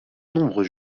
nombreux